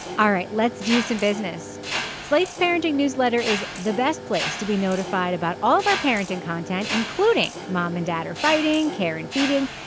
all right let's do some business slate's parenting newsletter is the best place to be notified about all of our parenting content including mom and dad are fighting care and feeding.